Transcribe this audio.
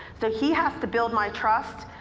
so he has to build my trust,